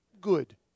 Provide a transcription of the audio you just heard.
good